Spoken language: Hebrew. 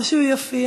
או שהוא יופיע,